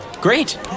Great